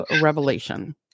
Revelation